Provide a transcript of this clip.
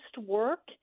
work